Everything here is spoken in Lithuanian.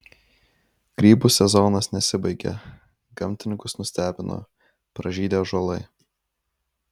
grybų sezonas nesibaigia gamtininkus nustebino pražydę ąžuolai